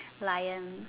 lion